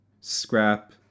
scrap